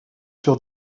sur